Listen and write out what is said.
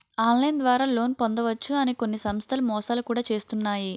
online ద్వారా loan పొందవచ్చు అని కొన్ని సంస్థలు మోసాలు కూడా చేస్తున్నాయి